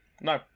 No